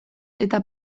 eta